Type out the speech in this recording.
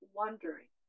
wondering